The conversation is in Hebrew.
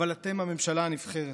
אבל אתם הממשלה הנבחרת,